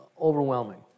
Overwhelming